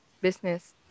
business